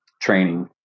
training